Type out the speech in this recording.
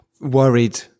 worried